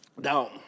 Now